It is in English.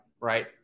Right